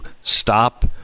stop